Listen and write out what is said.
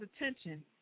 attention